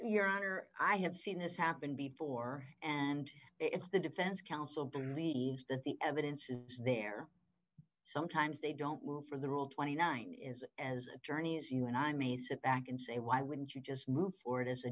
your honor i have seen this happen before and it's the defense council believes that the evidence is there sometimes they don't move for the rule twenty nine is as attorneys you and i may sit back and say why wouldn't you just move forward as a